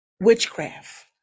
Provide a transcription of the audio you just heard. witchcraft